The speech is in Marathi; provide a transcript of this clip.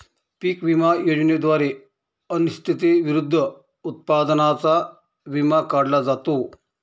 पीक विमा योजनेद्वारे अनिश्चिततेविरुद्ध उत्पादनाचा विमा काढला जातो